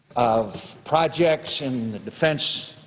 of projects in the defense